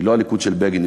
היא לא הליכוד של בגין,